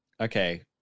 Okay